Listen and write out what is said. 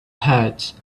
hearts